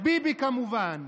ביבי, כמובן.